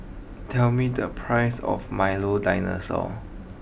tell me the price of Milo dinosaur